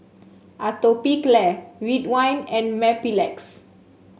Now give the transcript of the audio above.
Atopiclair Ridwind and Mepilex